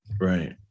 Right